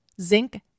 zinc